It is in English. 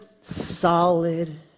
solid